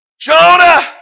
Jonah